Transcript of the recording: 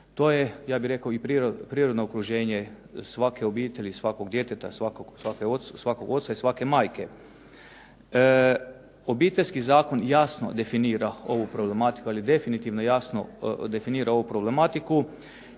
To je ja bih rekao i prirodno okruženje svake obitelji, svakog djeteta, svakog oca i svake majke. Obiteljski zakon jasno definira ovu problematiku, ali definitivno jasno definira ovu problematiku.